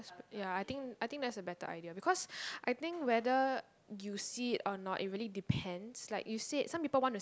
that's ya I think I think that's a better idea because I think whether you see it or not it really depends like you said some people want to